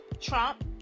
Trump